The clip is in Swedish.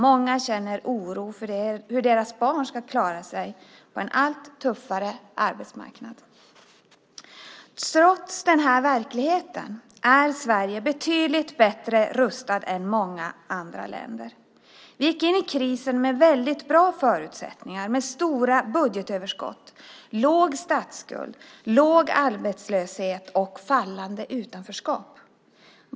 Många känner oro för hur deras barn ska klara sig på en allt tuffare arbetsmarknad. Trots denna verklighet är Sverige betydligt bättre rustat än många andra länder. Vi gick in i krisen med väldigt bra förutsättningar, med stora budgetöverskott, liten statsskuld, låg arbetslöshet och minskande utanförskap.